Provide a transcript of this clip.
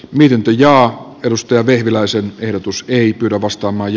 virta ja edustaja vehviläisen ehdotus ei kyllä vastaa maj